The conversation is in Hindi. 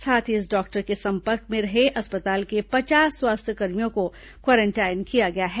साथ ही इस डॉक्टर के संपर्क में रहे अस्पताल के पचास स्वास्थ्यकर्मियों को क्वारेंटाइन किया गया है